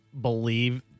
believe